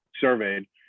surveyed